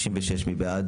מי בעד